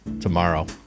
tomorrow